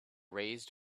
raised